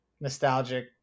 nostalgic